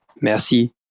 Merci